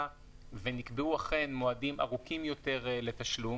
ונקבעו אכן מועדים ארוכים יותר לתשלום.